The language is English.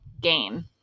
game